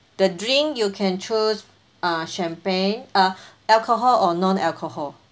the drink you can choose uh champagne uh alcohol or non-alcohol